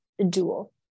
Dual